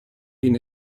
been